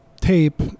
tape